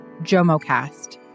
JomoCast